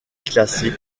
classée